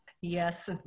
Yes